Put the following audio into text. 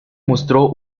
mostró